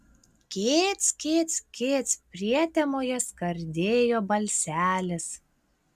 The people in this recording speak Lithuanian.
kic kic kic prietemoje skardėjo balselis